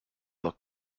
look